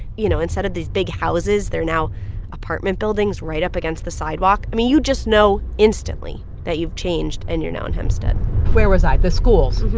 you know, instead of these big houses, they're now apartment buildings right up against the sidewalk. i mean, you just know instantly that you've changed, and you're now in hempstead where was i? the schools.